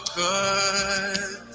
good